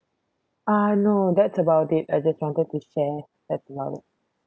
uh no that's about it I just wanted to share that's about it